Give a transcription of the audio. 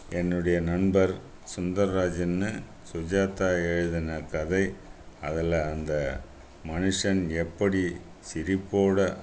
என்னுடைய நண்பர் சுந்தராஜன்னு சுஜாதா எழுதுன கதை அதில் அந்த மனுஷன் எப்படி சிரிப்போடு